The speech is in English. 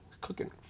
cooking